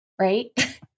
right